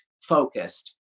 focused